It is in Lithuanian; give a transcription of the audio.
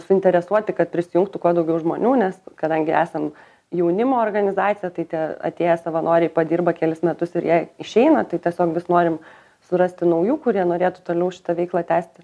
suinteresuoti kad prisijungtų kuo daugiau žmonių nes kadangi esam jaunimo organizacija tai tie atėję savanoriai padirba kelis metus ir jie išeina tai tiesiog vis norim surasti naujų kurie norėtų toliau šitą veiklą tęsti